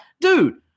dude